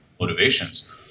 motivations